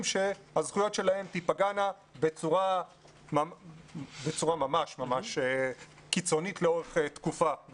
שהזכויות שלהם תיפגענה בצורה ממש קיצונית לאורך תקופה,